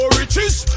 riches